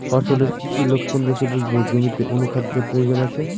ফসলের কি কি লক্ষণ দেখে বুঝব জমিতে অনুখাদ্যের প্রয়োজন আছে?